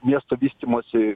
miesto vystymosi